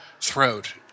throat